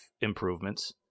improvements